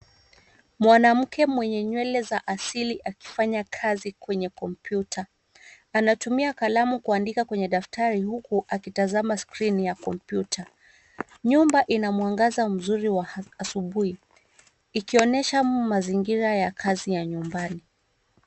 Mwanamke mwenye nywele za asili akifanya kazi kwenye kompyuta. Anatumia kalamu kuandika kwenye daftari huku akitazama skrini ya kompyuta. Nyumba ina mwangaza mzuri wa asubuhi ikionyesha mazingira ya kazi ya nyumbani.